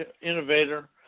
innovator